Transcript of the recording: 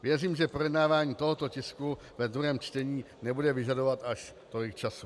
Věřím, že projednávání tohoto tisku ve druhém čtení nebude vyžadovat až tolik času.